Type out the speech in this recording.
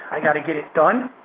i gotta get it done,